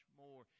more